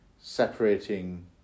separating